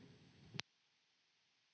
Kiitos.